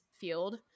field